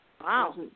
wow